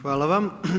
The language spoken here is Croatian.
Hvala vam.